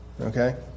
Okay